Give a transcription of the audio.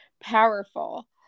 powerful